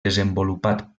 desenvolupat